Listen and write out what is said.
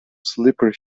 sleeper